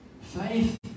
Faith